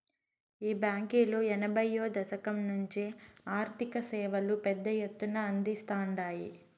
ఈ బాంకీలు ఎనభైయ్యో దశకం నుంచే ఆర్థిక సేవలు పెద్ద ఎత్తున అందిస్తాండాయి